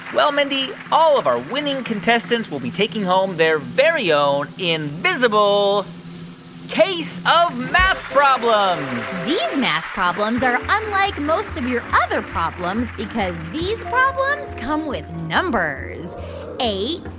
well, mindy, all of our winning contestants will be taking home their very own invisible case of math problems these math problems are unlike most of your other problems because these problems come with numbers eight,